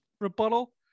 rebuttal